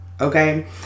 Okay